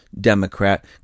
Democrat